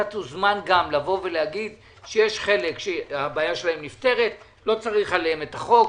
אתה גם תוזמן להגיד שיש חלק שהבעיה שלהם נפתרת ולא צריך עליהם את החוק.